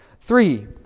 Three